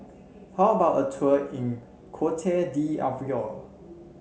how about a tour in Cote d'Ivoire